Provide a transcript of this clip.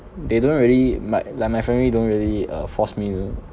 they don't really my like my family don't really uh force me to